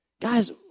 Guys